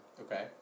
Okay